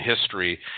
history